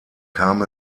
kam